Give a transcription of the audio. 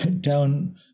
down